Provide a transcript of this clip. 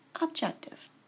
Objective